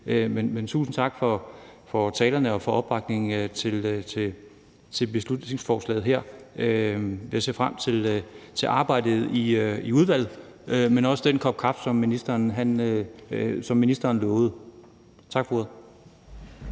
Men tusind tak for talerne og for opbakningen til beslutningsforslaget her. Jeg ser frem til arbejdet i udvalget, men også til den kop kaffe, som ministeren lovede. Tak for ordet.